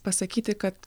pasakyti kad